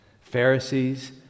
Pharisees